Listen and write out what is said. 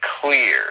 clear